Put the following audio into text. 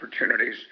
opportunities